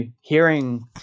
hearing